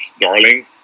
darling